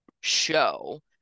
show –